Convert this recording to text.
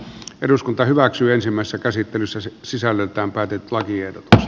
eduskunta hyväksyi ensimmäisen käsittelyssä sisällökkäämpää tietoa tiedotti